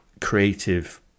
creative